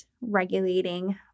regulating